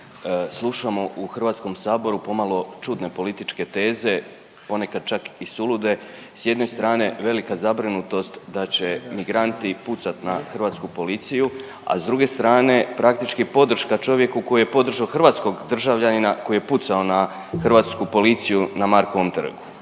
slušamo u HS pomalo čudne političke teze, ponekad čak i sulude, s jedne strane velika zabrinutost da će migranti pucat na hrvatsku policiju, a s druge strane praktički podrška čovjeku koji je podržao hrvatskog državljanina koji je pucao na hrvatsku policiju na Markovom trgu.